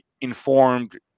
informed